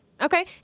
Okay